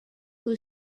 who